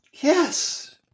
Yes